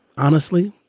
honestly,